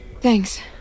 Thanks